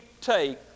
take